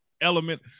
element